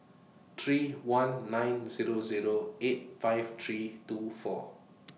three one nine Zero Zero eight five three two four